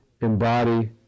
Embody